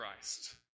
Christ